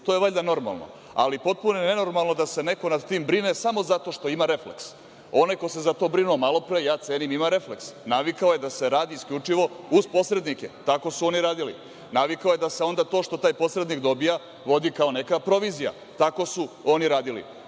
To je valjda normalno, ali potpuno je nenormalno da se neko nad tim brine samo zato što ima refleks. Onaj ko se za to brinuo malopre, ja cenim ima refleks. Navikao je da se radi isključivo uz posrednike. Tako su oni radili. Naviklo je da se onda to što taj posrednih dobija vodi kao neka provizija. Tako su oni radili. Pošto